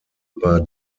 über